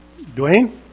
Dwayne